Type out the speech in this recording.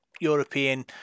European